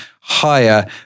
higher